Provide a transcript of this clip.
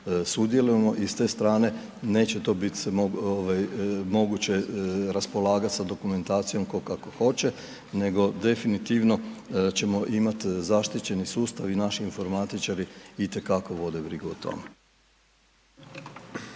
I s te strane neće to biti moguće raspolagati sa dokumentacijom ko kako hoće, nego definitivno ćemo imati zaštićeni sustav i naši informatičari itekako vode brigu o tome.